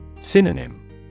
Synonym